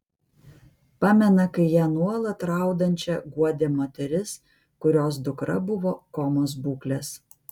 pamena kai ją nuolat raudančią guodė moteris kurios dukra buvo komos būklės